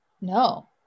no